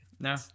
No